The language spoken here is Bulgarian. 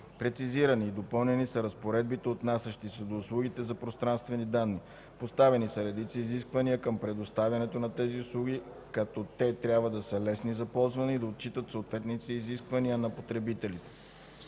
Прецизирани и допълнени са разпоредбите, отнасящи се до услугите за пространствени данни. Поставени са редица изисквания към предоставянето на тези услуги, като те трябва да са лесни за ползване и да отчитат съответните изисквания на потребителите.